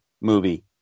movie